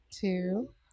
Two